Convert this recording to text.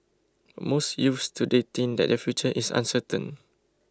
most youths today think that their future is uncertain